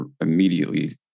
immediately